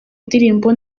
ndirimbo